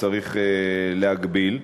וצריך להגביל.